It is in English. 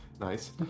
nice